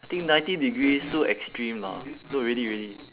I think ninety degrees too extreme or not no really really